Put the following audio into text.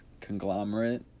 conglomerate